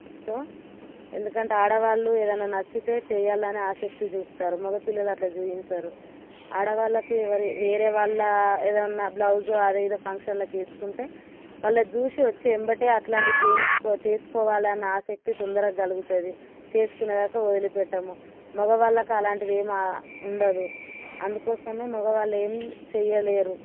so ఎందుకంటే ఆడవాళ్ళు ఏదన్నా నచ్చితే చెయ్యాలని ఆసక్తి చూపుతారు మగ పిల్లలు అట్ల చూయించరు ఆడవాళ్ళకు ఎవరి వేరేవాళ్ళ ఎదన్నా బ్లౌజు అదేదో ఫంక్షన్లకి ఏసుకుంటే వాళ్ళది చూసి వచ్చే వెంటనే అలాంటివి చేయించు చేసుకోవాలి అన్న ఆసక్తి తొందరగా కలుగుతుంది చేసుకునే దాకా వదిలి పెట్టము మగవాళ్ళకు అలాంటిదేమా ఉండదు అందుకోసమే మొగవాళ్ళు ఏం చెయ్యలేరు